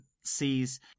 sees